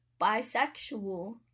bisexual